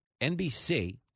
NBC